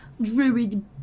druid